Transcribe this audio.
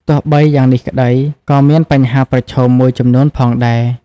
ទោះបីយ៉ាងនេះក្តី ក៏មានបញ្ហាប្រឈមមួយចំនួនផងដែរ។